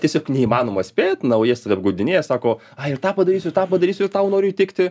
tiesiog neįmanoma spėt na o jie save apgaudinėja sako ai ir tą padarysiu ir tą padarysiu ir tau noriu įtikti